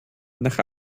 nach